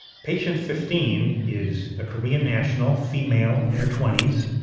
patient fifteen is a korean national, female in her twenty s.